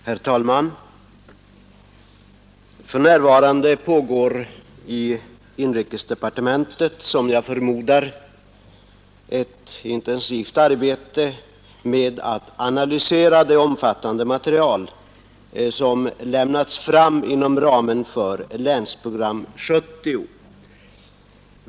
Herr talman! För närvarande pågår i inrikesdepartementet, som jag förmodar, ett intensivt arbete med att analysera det omfattande material som lämnats fram inom ramen för Länsprogram 1970.